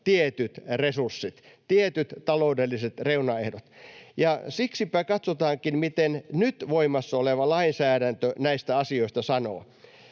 tietyt resurssit, tietyt taloudelliset reunaehdot, ja siksipä katsotaankin, miten nyt voimassa oleva lainsäädäntö näistä asioista sanoo: